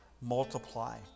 multiply